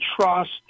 trust